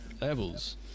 levels